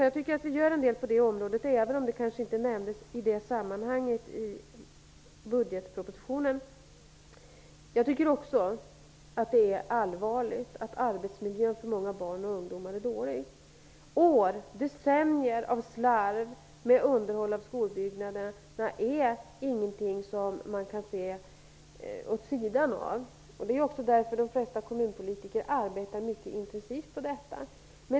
Jag tycker att vi gör en del på det området, även om det kanske inte nämndes i budgetpropositionen. Jag tycker också att det är allvarligt att arbetsmiljön för många barn och ungdomar är dålig. År och decennier av slarv med underhåll av skolbyggnaderna är ingenting som vi kan se överse med. Det är också därför som de flesta kommunpolitiker arbetar mycket intensivt med detta.